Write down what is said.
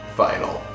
final